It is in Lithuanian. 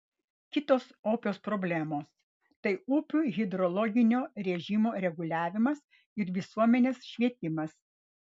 kitos opios problemos tai upių hidrologinio režimo reguliavimas ir visuomenės švietimas